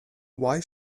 why